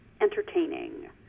entertaining